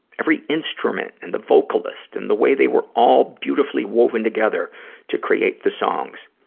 every instrument and the vocalist and the way they were all beautifully woven together to create the songs.